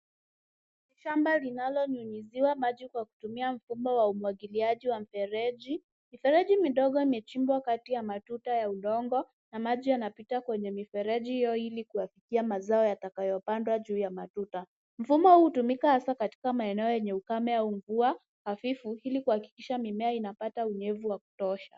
Shamba linalinyunyiziwa maji kwa kutumia mfumo wa umwgiliaji wa mifereji. Mifereji midogo imechimbwa kati ya matuta ya udongo na maji yanapita kwenye mifereji hio ili kuyafikia mazo yatakayopandwa juu ya matuta. Mfumo huu hutumika hasa katika maeneo yenye ukame au mvua hafifu ili kuhakikisha mimea inapata unyevu wa kutosha.